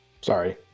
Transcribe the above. Sorry